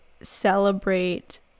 celebrate